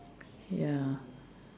ya